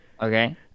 Okay